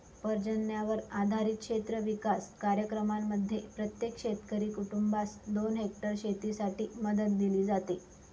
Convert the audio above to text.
पर्जन्यावर आधारित क्षेत्र विकास कार्यक्रमांमध्ये प्रत्येक शेतकरी कुटुंबास दोन हेक्टर शेतीसाठी मदत दिली जाते